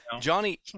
Johnny